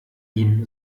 ihm